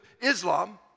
Islam